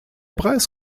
preis